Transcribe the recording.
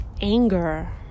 anger